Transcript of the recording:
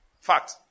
Fact